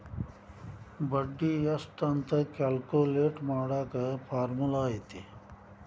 ಬಡ್ಡಿ ಎಷ್ಟ್ ಅಂತ ಕ್ಯಾಲ್ಕುಲೆಟ್ ಮಾಡಾಕ ಫಾರ್ಮುಲಾ ಐತಿ